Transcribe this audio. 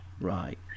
right